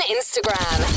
Instagram